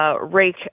Rake